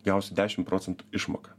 gausiu dešim procentų išmoką